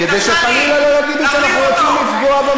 להחליף אותו,